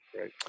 Right